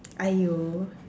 !aiyo!